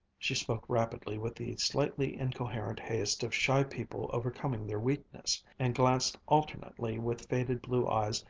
she spoke rapidly with the slightly incoherent haste of shy people overcoming their weakness, and glanced alternately, with faded blue eyes,